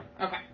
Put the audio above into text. okay